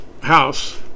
house